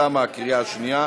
תמה הקריאה השנייה,